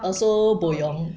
also bo yong